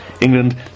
England